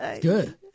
Good